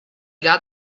got